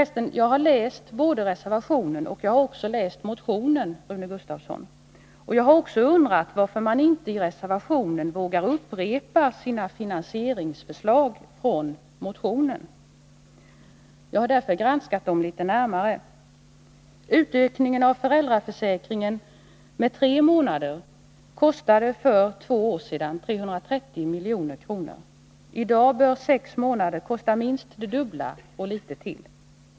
Jag har för resten läst både reservationen och motionen, Rune Gustavsson, och jag har också undrat varför man inte i reservationen vågar upprepa sina finansieringsförslag från motionen. Jag har därför granskat dem litet närmare. Utökningen av föräldraförsäkringen med tre månader kostade för två år sedan 330 milj.kr. I dag bör sex månader kosta minst det dubbla — och litet till.